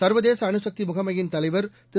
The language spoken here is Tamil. சிர்வ தேச்சி அணுசிக்தி முகமையின் தலைவிர் திரு